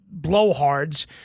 blowhards